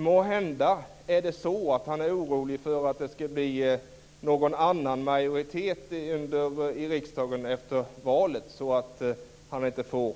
Måhända är han orolig för att det skall bli en annan majoritet i riksdagen efter valet så att han inte får